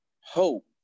hope